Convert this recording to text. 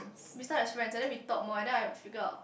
miss that experience and then we talk more and then I figure out